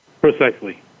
Precisely